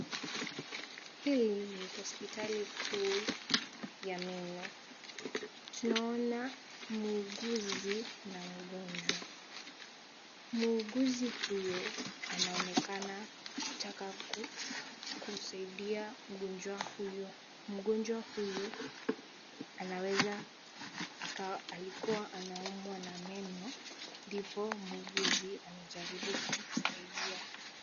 Hili ni hospitali kuu ya meno. Tunaona muuguzi na mgonjwa. Muuguzi huyu anaonekana kutaka kumsaidia mgonjwa huyu. Mgonjwa huyu anaweza akawa alikuwa anaumwa na meno. Muuguzi anajaribu kumsaidia.